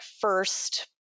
first